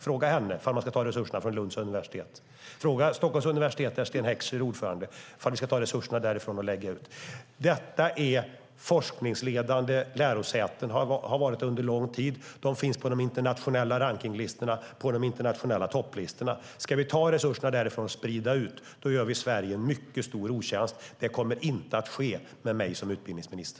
Fråga henne om man ska ta resurserna från Lunds universitet. Fråga Stockholms universitet, där Sten Heckscher är ordförande, om vi ska ta resurserna därifrån och lägga ut. Detta är forskningsledande lärosäten och har varit det under lång tid. De finns på de internationella rankningslistorna och på de internationella topplistorna. Ska vi ta resurserna därifrån och sprida ut dem, då gör vi Sverige en mycket stor otjänst. Det kommer inte att ske med mig som utbildningsminister.